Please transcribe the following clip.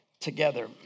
together